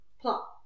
Plot